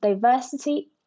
Diversity